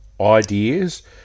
ideas